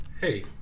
Hey